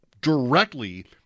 directly